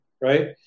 right